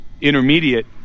intermediate